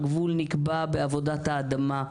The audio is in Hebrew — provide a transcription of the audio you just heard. בעבודת האדמה,